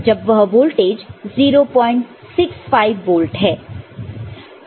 जब यह voltage 065 volt है